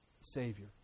Savior